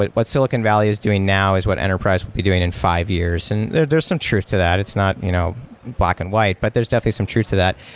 but what silicon valley is doing now is what enterprise will be doing in five years. and there's there's some truth to that. it's not you know black and white, but there's definitely some truth to that.